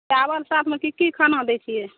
चावल साथमे की की खाना दै छियै